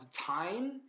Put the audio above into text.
time